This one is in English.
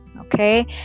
Okay